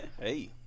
Hey